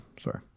Sorry